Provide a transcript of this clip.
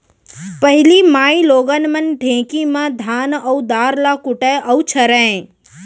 पहिली माइलोगन मन ढेंकी म धान अउ दार ल कूटय अउ छरयँ